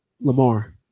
Lamar